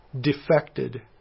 defected